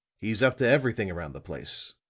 he's up to everything around the place.